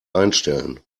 einstellen